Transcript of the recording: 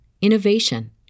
innovation